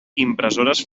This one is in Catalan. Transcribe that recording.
impressores